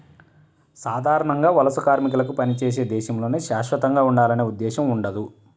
సాధారణంగా వలస కార్మికులకు పనిచేసే దేశంలోనే శాశ్వతంగా ఉండాలనే ఉద్దేశ్యం ఉండదు